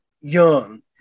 young